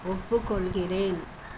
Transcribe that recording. ஒப்புக்கொள்கிறேன்